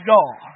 God